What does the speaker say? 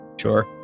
Sure